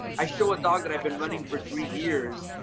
i show a dog that i've been running for three years.